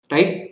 Right